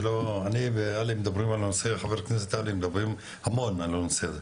אני וחבר הכנסת עלי מדברים המון על הנושא הזה,